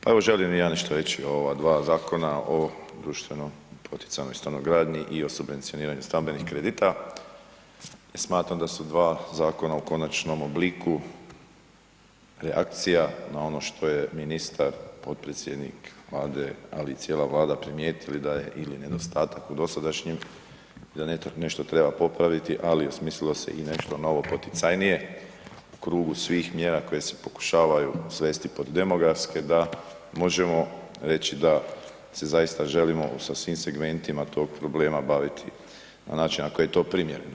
Pa evo želim i ja nešto reći o ova dva zakona, o društveno poticajnoj stanogradnji i o subvencioniranju stambenih kredita i smatram da su dva zakona u konačnom obliku reakcija na ono što je ministar potpredsjednik Vlade ali i cijela Vlada primijetili da je ili nedostatak u dosadašnjem, da nešto treba popraviti, ali osmislilo se i nešto novo poticajnije u krugu svih mjera koje se pokušavaju svesti pod demografske da možemo reći da se zaista želimo sa svim segmentima tog problema baviti na način na koji je to primjereno.